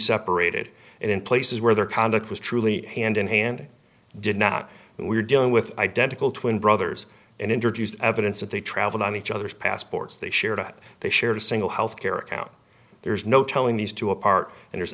separated and in places where their conduct was truly hand in hand did not and we're dealing with identical twin brothers and introduced evidence that they try and on each other's passports they shared it they shared a single health care and there's no telling these two apart and there's